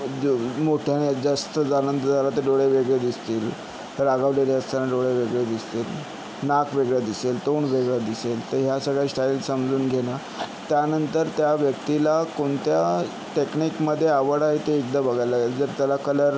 द् मोठ्याने जास्तच आनंद झाला तर डोळे वेगळे दिसतील रागावलेले असताना डोळे वेगळे दिसतील नाक वेगळं दिसेल तोंड वेगळं दिसेल तर ह्या सगळ्या स्टाईल समजून घेणं त्यानंतर त्या व्यक्तीला कोणत्या टेक्निकमध्ये आवड आहे ते एकदा बघायला लागेल जर त्याला कलर